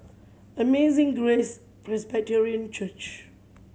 Amazing Grace Presbyterian Church